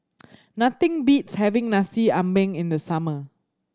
nothing beats having Nasi Ambeng in the summer